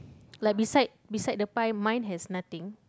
like beside beside the pie mine has nothing